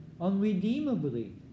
unredeemably